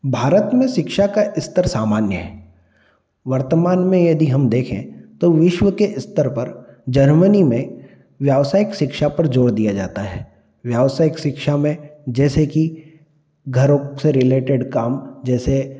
भारत में शिक्षा का स्तर सामान्य है वर्तमान में यदि हम देखें तो विश्व के स्तर पर जर्मनी में व्यावसायिक शिक्षा पर जोर दिया जाता है व्यावसायिक शिक्षा में जैसे कि घरों से रिलेटेड काम जैसे